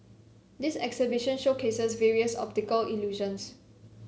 this exhibition showcases various optical illusions